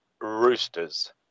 Roosters